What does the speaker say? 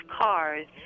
cars